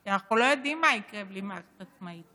כי אנחנו לא יודעים מה יקרה בלי מערכת עצמאית.